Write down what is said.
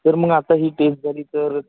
sir मग आता ही टेस्ट झाली तर